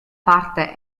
parte